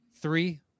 Three